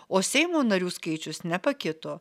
o seimo narių skaičius nepakito